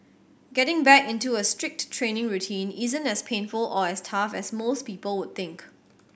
getting back into a strict training routine isn't as painful or as tough as most people would think